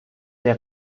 der